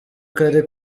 kare